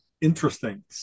Interesting